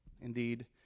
indeed